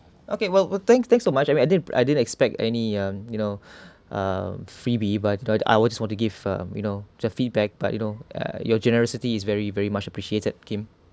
okay well well thank thank so much I mean I didn't I didn't expect any uh you know uh freebie but I always want to give a you know just feedback but you know uh your generosity is very very much appreciated Kim